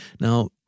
Now